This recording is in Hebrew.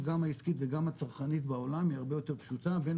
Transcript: גם העיסקית וגם הצרכנית בעולם היא הרבה יותר פשוטה בין